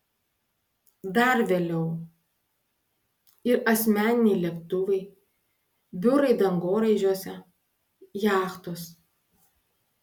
dar vėliau ir asmeniniai lėktuvai biurai dangoraižiuose jachtos